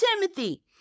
timothy